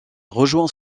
rejoint